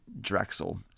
Drexel